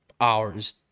hours